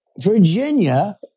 Virginia